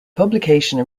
publication